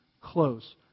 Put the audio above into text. close